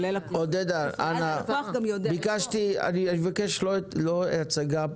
עודדה, אני מבקש לא הצגה.